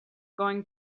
going